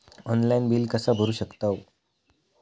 Online bill कसा करु शकतव?